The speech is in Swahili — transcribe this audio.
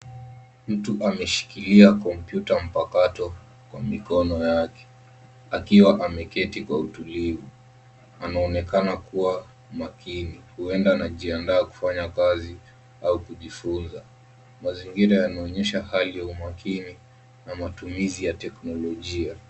Mtu ameshikilia kompyuta mpakato kwa mikono yake akiwa ameketi kwa utulivu. Anaonekana kuwa makini, huenda anajiandaa kufanya kazi au kujifunza. Mazingira yanaonyesha hali ya umakini na matumizi ya teknolojia.